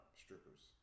Strippers